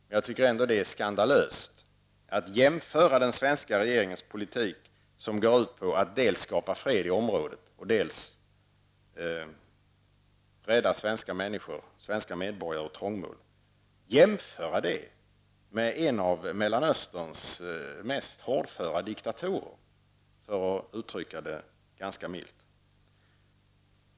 Men jag tycker ändå att det är skandalöst att jämställa den svenska regeringens politik, som går ut på att dels skapa fred i området, dels rädda svenska medborgare ur trångmål, med en av Mellanösterns mest hårdföra diktatorer, för att uttrycka det ganska milt.